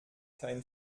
kein